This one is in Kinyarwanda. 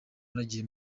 nagiye